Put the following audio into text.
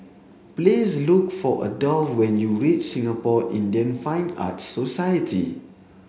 please look for Adolf when you reach Singapore Indian Fine Arts Society